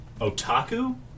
otaku